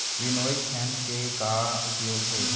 Winnowing fan के का उपयोग हे?